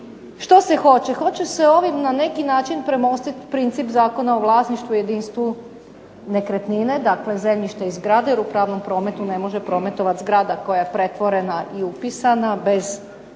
Što se hoće? Hoće se ovim na neki način premostit princip Zakona o vlasništvu u jedinstvu nekretnine, dakle zemljište i zgrade, jer u pravnom prometu ne može prometovati zgrada koja je pretvorena i upisana bez zemljišta